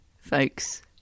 folks